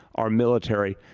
our military,